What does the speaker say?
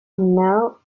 now